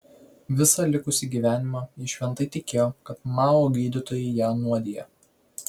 visą likusį gyvenimą ji šventai tikėjo kad mao gydytojai ją nuodija